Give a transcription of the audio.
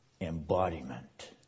embodiment